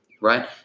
right